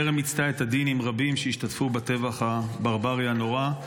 טרם מיצתה את הדין עם רבים שהשתתפו בטבח הברברי הנורא.